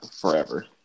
forever